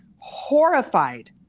horrified